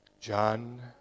John